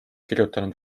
kirjutanud